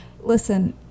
Listen